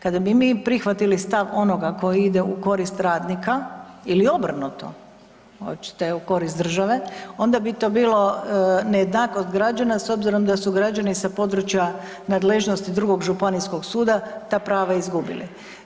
Kada bi mi prihvatili stav onoga koji ide u korist radnika i li obrnuto, hoćete u korist države, onda bi to bilo nejednakost građana s obzirom da su građani sa područja nadležnosti drugog županijskog suda, za prava izgubili.